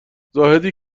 زاهدی